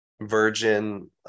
virgin